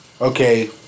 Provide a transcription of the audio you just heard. Okay